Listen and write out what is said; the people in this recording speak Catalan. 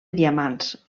diamants